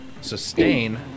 sustain